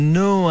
no